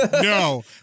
no